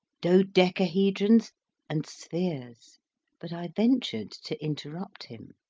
dodecahedrons and spheres but i ventured to interrupt him.